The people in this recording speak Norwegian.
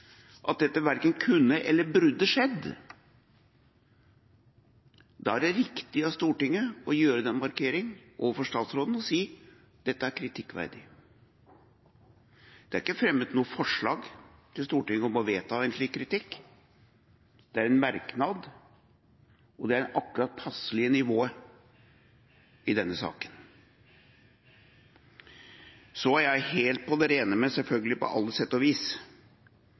at dette verken kunne eller burde skjedd. Da er det riktig av Stortinget å gjøre den markeringen overfor statsråden og si: Dette er kritikkverdig. Det er ikke fremmet noe forslag til Stortinget om å vedta en slik kritikk, det er en merknad, og det er akkurat passelig nivå i denne saken. Så er jeg helt på det rene med, selvfølgelig, på alle sett og vis,